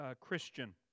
Christian